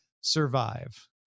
survive